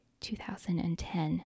2010